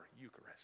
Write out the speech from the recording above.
Eucharist